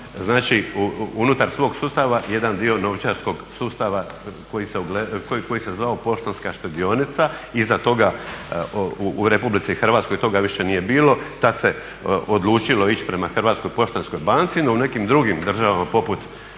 sustav unutar svog sustava jedan dio novčarskog sustava koji se zvao poštanska štedionica. Iza toga u RH toga više nije bilo, tada se odlučilo ići prema Hrvatskoj poštanskoj banci, no u nekim drugim državama poput Njemačke